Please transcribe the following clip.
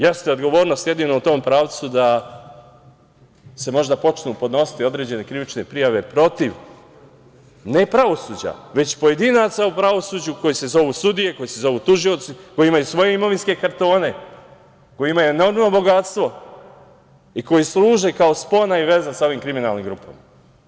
Jeste odgovornost jedino u tom pravcu da se možda počnu podnositi određene krivične prijave protiv ne pravosuđa, već pojedinaca u pravosuđu koji se zovu sudije, koji se zovu tužioci, koji imaju svoje imovinske kartone, koji imaju enormno bogatstvo i koji služe kao spona i veza sa ovim kriminalnim grupama.